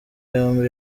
yombi